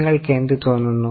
നിങ്ങൾക്ക് എന്ത് തോന്നുന്നു